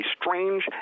strange